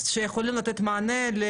שיכולים לתת מענה.